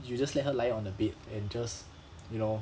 you just let her lie on the bed and just you know